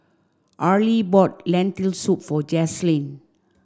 Arley bought Lentil soup for Jaslyn